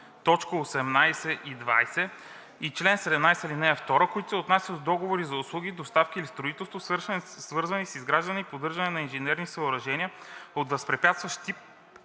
т. 18 и 20 и чл. 17, ал. 2, които се отнасят до договори за услуги, доставки или строителство, свързани с изграждане и поддръжка на инженерни съоръжения от възпрепятстващ